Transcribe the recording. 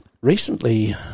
Recently